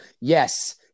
Yes